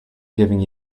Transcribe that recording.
giving